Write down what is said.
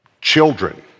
children